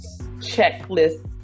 checklist